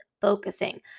focusing